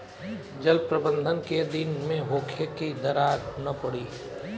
जल प्रबंधन केय दिन में होखे कि दरार न पड़ी?